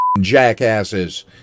jackasses